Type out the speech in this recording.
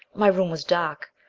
my room was dark.